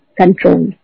control